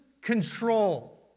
control